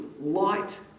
light